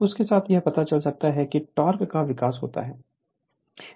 उससे यह पता चल सकता है कि टॉर्क का विकास होगा